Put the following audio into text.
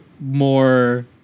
more